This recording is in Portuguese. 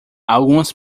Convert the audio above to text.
algumas